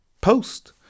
post